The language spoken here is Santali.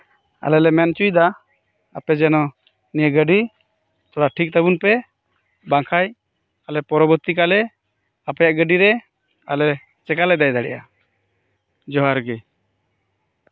ᱟᱞᱮ ᱞᱮ ᱢᱮᱱ ᱦᱚᱪᱚ ᱮᱫᱟ ᱟᱯᱮ ᱡᱮᱱᱚ ᱱᱤᱭᱟᱹ ᱜᱟᱹᱰᱤ ᱴᱷᱤᱠ ᱛᱟᱵᱚᱱ ᱯᱮ ᱟᱞᱮ ᱯᱚᱨᱚᱵᱚᱨᱛᱤ ᱠᱟᱞᱨᱮ ᱟᱯᱮᱭᱟᱜ ᱜᱟᱹᱰᱤᱨᱮ ᱟᱞᱮ ᱪᱤᱠᱟ ᱞᱮ ᱫᱮᱡ ᱫᱟᱲᱮᱜᱼᱟ ᱡᱚᱸᱦᱟᱨ ᱜᱮ